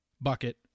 bucket